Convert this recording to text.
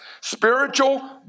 spiritual